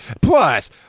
plus